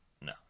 No